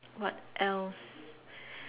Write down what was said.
what else